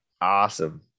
awesome